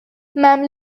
مملو